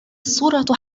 الصورة